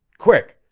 quick!